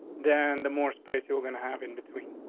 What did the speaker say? then the more space you're gonna have in between.